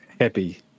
happy